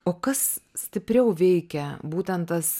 o kas stipriau veikia būtent tas